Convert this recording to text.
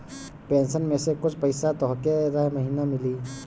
pension में से कुछ पईसा तोहके रह महिना मिली